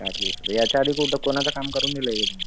चार दिवसात ह्याच्या आधी कुठं कोणाचं काम करून दिलं आहे का तुम्ही